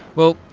well,